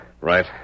Right